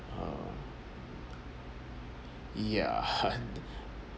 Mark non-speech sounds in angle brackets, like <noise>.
uh ya <laughs>